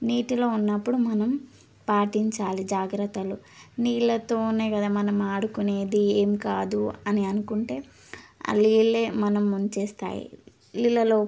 నీటిలో ఉన్నప్పుడు మనం పాటించాలి జాగ్రత్తలు నీళ్ళతోనే కదా మనం ఆడుకునేది ఏం కాదు అని అనుకుంటే ఆ నీళ్ళే మనని ముంచేస్తాయి నీళ్ళల్లో